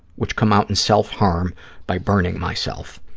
which come out in self-harm by burning myself.